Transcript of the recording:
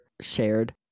shared